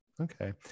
Okay